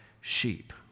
sheep